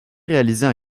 réaliser